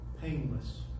painless